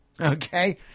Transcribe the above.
Okay